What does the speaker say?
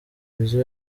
jizzo